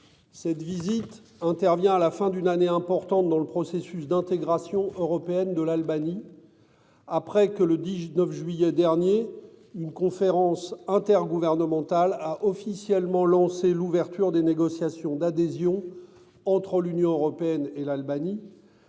Cette visite intervient à la fin d'une année importante dans le processus d'intégration européenne de l'Albanie. Après que le 19 juillet dernier une conférence intergouvernementale a officiellement lancé l'ouverture des négociations d'adhésion entre l'Union européenne et l'Albanie